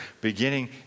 beginning